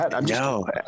No